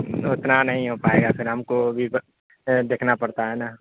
اتنا نہیں ہو پائے گا پھر ہم کو ابھی وہ دیکھنا پڑتا ہے نا